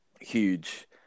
huge